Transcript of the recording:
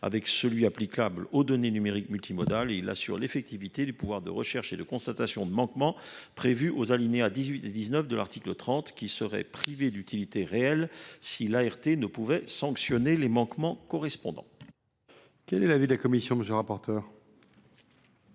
le régime applicable aux données numériques multimodales, et d’assurer l’effectivité du pouvoir de recherche et de constatation de manquements prévu aux alinéas 18 et 19 de l’article 30, pouvoir qui serait privé d’utilité réelle si l’ART ne pouvait sanctionner les manquements correspondants. Quel est l’avis de la commission ? Je ne suis